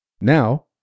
Now